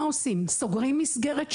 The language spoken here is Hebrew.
סוגרים מסגרת כזו?